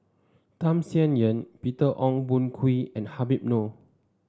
Tham Sien Yen Peter Ong Boon Kwee and Habib Noh